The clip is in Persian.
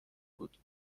بود